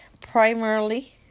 primarily